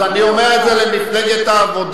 אז אני אומר את זה למפלגת העבודה,